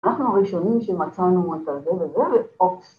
‫אנחנו הראשונים שמצאנו את זה ‫וזה... אופס.